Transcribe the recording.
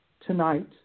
Tonight